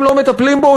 אם לא מטפלים בו,